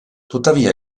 tuttavia